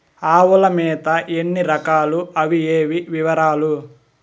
ఆవుల మేత ఎన్ని రకాలు? అవి ఏవి? వివరాలు?